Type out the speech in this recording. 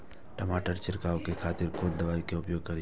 टमाटर छीरकाउ के खातिर कोन दवाई के उपयोग करी?